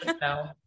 no